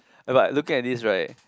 but looking at this right